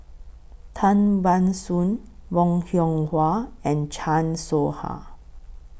Tan Ban Soon Bong Hiong Hwa and Chan Soh Ha